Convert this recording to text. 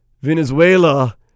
Venezuela